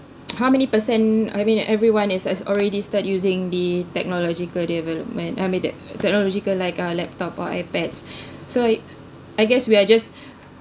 how many percent I mean everyone is as already start using the technological development I mean the technological like a laptop or ipads so I guess we are just